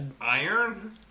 iron